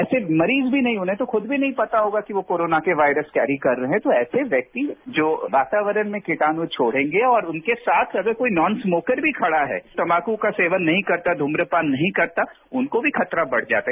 ऐसे मरीज भी नहीं उन्हें तो खुद भी नहीं पता होगा कि वो कोरोना के वायरस कैरी कर रहे हैं तो ऐसे व्यक्ति जो वातावरण में कीटाणु छोड़ेंगे और उनके साथ अगर कोई नॉन स्मोकर भी खड़ा है तम्बाकू का सेवन नहीं करता धूम्रपान नहीं करता उनको भी खतरा बढ़ जाता है